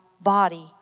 body